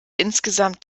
insgesamt